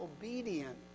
obedient